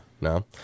No